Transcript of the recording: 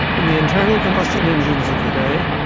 in the internal combustion engines of the day,